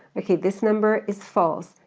okay, this number is false,